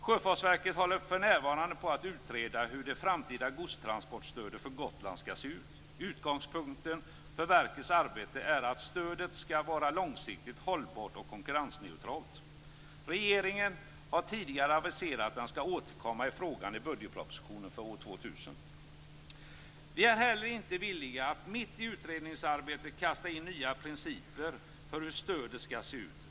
Sjöfartsverket håller för närvarande på att utreda hur det framtida godstranportstödet för Gotland skall se ut. Utgångspunkten för verkets arbete är att stödet skall vara långsiktigt hållbart och konkurrensneutralt. Regeringen har tidigare aviserat att den skall återkomma i frågan i budgetpropositionen för år 2000. Vi är inte villiga att mitt i utredningsarbetet kasta in nya principer för hur stödet skall se ut.